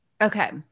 Okay